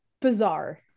Bizarre